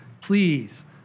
please